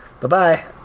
Bye-bye